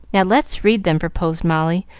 now let's read them, proposed molly,